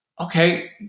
Okay